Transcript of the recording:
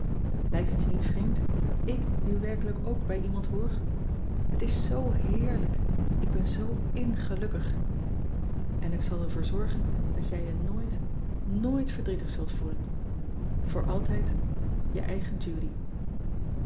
lijkt het je niet vreemd dat ik nu werkelijk ook bij iemand hoor het is zoo heerlijk ik ben zoo in gelukkig en ik zal er voor zorgen dat jij je nooit nooit verdrietig zult voelen voor altijd je eigen judy